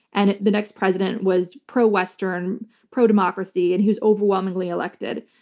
and the next president was pro-western, pro-democracy, and he was overwhelmingly elected.